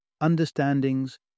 understandings